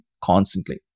constantly